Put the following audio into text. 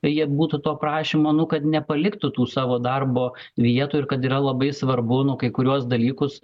jie būtų to prašymo nu kad nepaliktų tų savo darbo vietų ir kad yra labai svarbu nu kai kuriuos dalykus